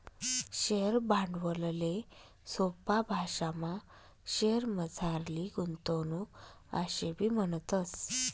share भांडवलले सोपा भाशामा शेअरमझारली गुंतवणूक आशेबी म्हणतस